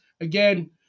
Again